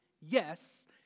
yes